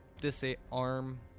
disarm